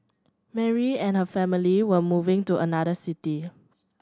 Mary and her family were moving to another city